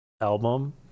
album